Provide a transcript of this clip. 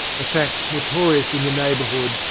a fact notorious in the neighbourhood,